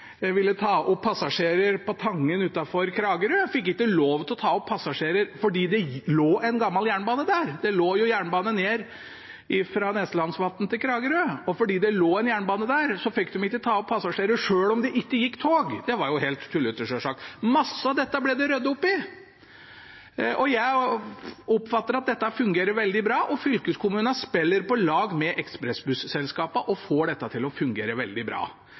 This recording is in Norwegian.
ville ta opp passasjerer på Tangen utenfor Kragerø, ikke fikk lov til å ta opp passasjerer fordi det lå en gammel jernbane der. Det lå en jernbane fra Neslandsvatn til Kragerø. Fordi det lå en jernbane der, fikk de ikke ta opp passasjerer, selv om det ikke gikk tog. Det var jo helt tullete, selvsagt. Mye av dette ble det ryddet opp i, og jeg oppfatter at dette fungerer veldig bra. Fylkeskommunene spiller på lag med ekspressbusselskapene og får dette til å fungere veldig bra.